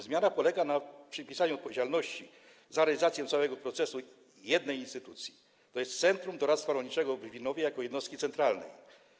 Zmiana polega na przypisaniu odpowiedzialności za realizację całego procesu jednej instytucji, tj. Centrum Doradztwa Rolniczego w Brwinowie, jako jednostce centralnej.